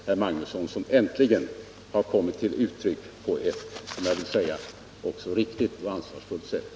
Det innebär att man äntligen på ett riktigt och ansvarsfullt sätt dragit slutsatsen av erfarenheterna på detta område.